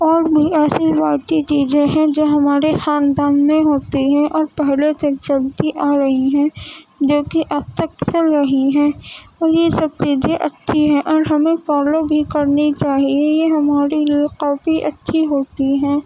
اور بھی ایسی روایتی چیزیں ہیں جو ہمارے خاندان میں ہوتی ہیں اور پہلے سے چلتی آ رہی ہے جو کہ اب تک چل رہی ہیں اور یہ سب چیزیں اچھی ہیں اور ہمیں فالو بھی کرنی چاہیے یہ ہمارے لیے کافی اچھی ہوتی ہے